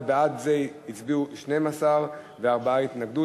ובעד זה הצביעו 12 וארבעה התנגדו.